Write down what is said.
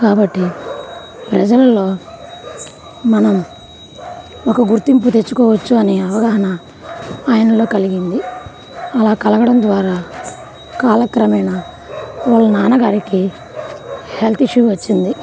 కాబట్టి ప్రజల్లో మనం ఒక గుర్తింపు తెచ్చుకోవచ్చు అనే అవగాహన ఆయనలో కలిగింది అలా కలగడం ద్వారా కాలక్రమేణా వాళ్ళ నాన్నగారికి హెల్త్ ఇష్యూ వచ్చింది